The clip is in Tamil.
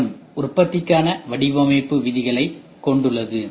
எம் உற்பத்திக்கான வடிவமைப்பு விதிகளைக் கொண்டுள்ளது